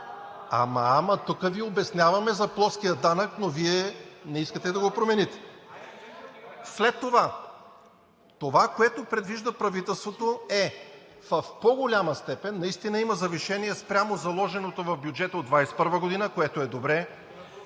Аааа, ама тук Ви обясняваме за плоския данък, но Вие не искате да го промените. Това, което предвижда правителството, е – в по-голяма степен наистина има завишения спрямо заложеното в бюджета от 2021 г., което е добре,